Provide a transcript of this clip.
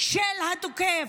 של התוקף,